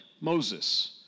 Moses